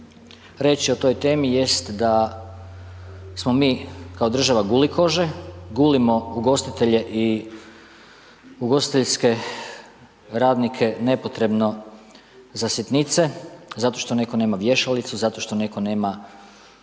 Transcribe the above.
reći o toj temi jest da smo mi kao država gulikože, gulimo ugostitelje i ugostiteljske radnike nepotrebno za sitnice zato što netko nema vješalicu, zato što netko nema